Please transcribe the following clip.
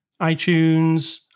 iTunes